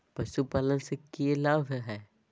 पशुपालन से के लाभ हय?